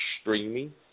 streaming